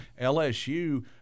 LSU